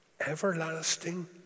Everlasting